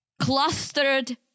clustered